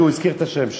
כי הוא הזכיר את השם שלי.